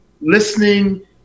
listening